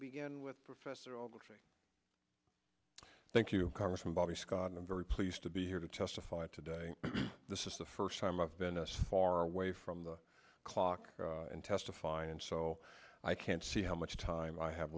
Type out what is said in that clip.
begin with professor ogletree thank you congressman bobby scott and i'm very pleased to be here to testify today this is the first time i've been us far away from the clock and testifying and so i can't see how much time i have